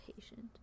patient